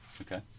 Okay